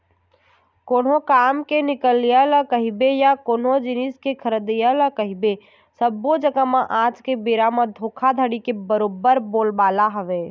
कोनो काम के निकलई ल कहिबे या कोनो जिनिस के खरीदई ल कहिबे सब्बो जघा म आज के बेरा म धोखाघड़ी के बरोबर बोलबाला हवय